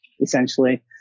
essentially